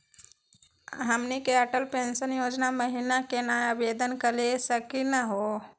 हमनी के अटल पेंसन योजना महिना केना आवेदन करे सकनी हो?